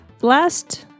last